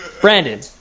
Brandon